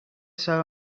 sat